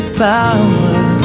power